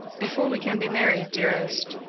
before we can be married, dearest,